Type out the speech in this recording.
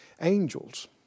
Angels